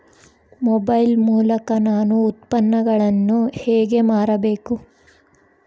Mobile ಮೂಲಕ ನಾನು ಉತ್ಪನ್ನಗಳನ್ನು ಹೇಗೆ ಮಾರಬೇಕು?